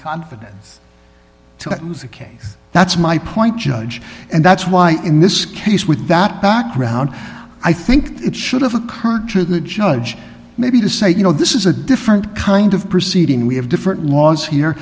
confidence to the case that's my point judge and that's why in this case with that background i think it should have occurred to the judge maybe to say you know this is a different kind of proceeding we have different laws here